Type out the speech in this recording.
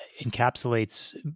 encapsulates